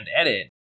edit